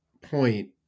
point